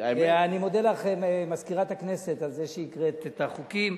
אני מודה לך על זה שהקראת את ההודעה על החוקים.